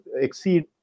exceed